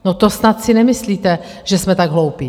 No, to snad si nemyslíte, že jsme tak hloupí.